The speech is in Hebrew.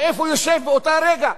ואיפה הוא יושב באותו רגע,